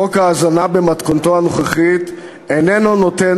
חוק ההזנה במתכונתו הנוכחית איננו נותן